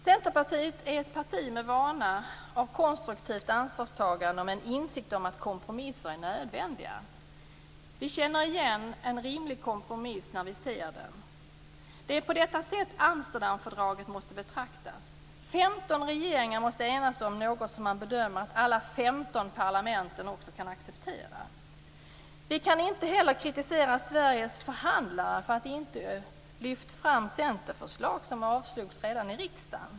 Centerpartiet är ett parti med vana av konstruktivt ansvarstagande och med en insikt om att kompromisser är nödvändiga. Vi känner igen en rimlig kompromiss när vi ser den! Det är på detta sätt Amsterdamfördraget måste betraktas. 15 regeringar måste enas om något som man bedömer att alla 15 parlamenten också kan acceptera. Vi kan inte kritisera Sveriges förhandlare för att inte ha lyft centerförslag som avslagits redan i riksdagen.